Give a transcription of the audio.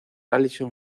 allison